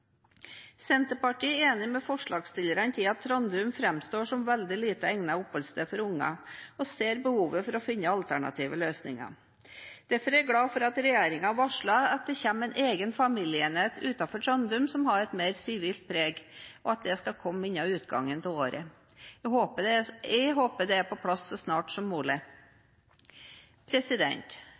Senterpartiet er enig med forslagsstillerne i at Trandum framstår som et veldig lite egnet oppholdssted for unger, og ser behovet for å finne alternative løsninger. Derfor er jeg glad for at regjeringen har varslet at det kommer en egen familieenhet utenfor Trandum som har et mer sivilt preg, og at det skal komme innen utgangen av året. Jeg håper det er på plass så